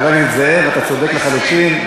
חבר הכנסת זאב, אתה צודק לחלוטין.